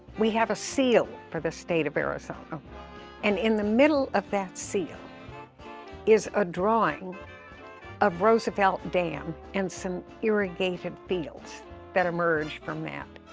we have a seal for the state of arizona and in the middle of that seal is a drawing of roosevelt dam and some irrigated fields that emerge from that.